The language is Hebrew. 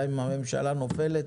גם אם הממשלה נופלת,